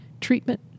treatment